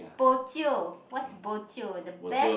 bo jio what's bo jio the best